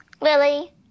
Lily